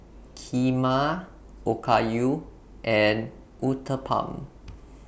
Kheema Okayu and Uthapam